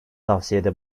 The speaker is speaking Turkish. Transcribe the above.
tavsiyede